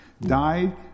Died